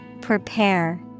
Prepare